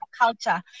culture